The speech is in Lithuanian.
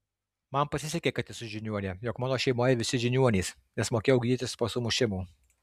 man pasisekė kad esu žiniuonė jog mano šeimoje visi žiniuonys nes mokėjau gydytis po sumušimų